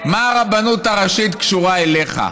מה הרבנות הראשית קשורה אליך?